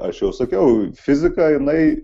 aš jau sakiau fizika jinai